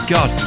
God